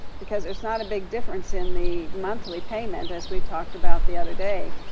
because there's not a big difference in the monthly payment as we talked about the other day,